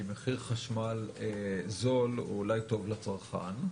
כי מחיר חשמל זול הוא אולי טוב לצרכן.